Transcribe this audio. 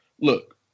look